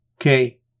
okay